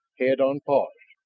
head on paws.